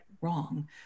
wrong